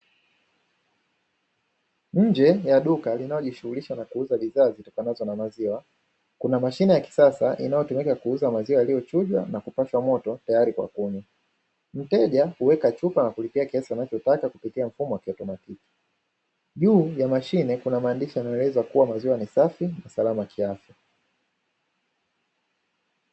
Nje ya duka linalojishughulisha na kuuza bidhaa zitokanazo na maziwa, kuna mashine ya kisasa inayotumika kuuza maziwa yalilyo chujwa na kupashwa moto na tayari kwa kunywa. Mteja huweka chupa na kulipia kiasi anachotaka kupitia mfumo wa kiotomatiki, juu ya mashine Kuna maandishi yanayoelezea kuwa maziwa ni safi na Salama kiafya.